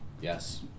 Yes